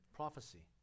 prophecy